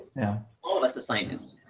yeah all of us as scientists.